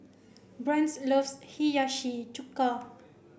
Brent loves Hiyashi Chuka